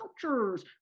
cultures